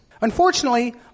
Unfortunately